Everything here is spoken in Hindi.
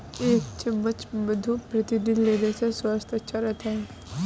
एक चम्मच मधु प्रतिदिन लेने से स्वास्थ्य अच्छा रहता है